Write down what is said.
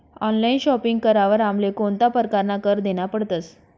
Online shopping करावर आमले कोणता परकारना कर देना पडतस?